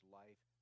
life